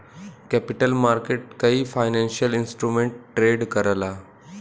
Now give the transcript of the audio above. capital market कई financial instrument trade करला